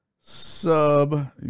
sub